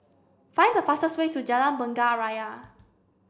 find the fastest way to Jalan Bunga Raya